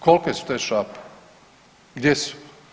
Kolike su te šape, gdje su?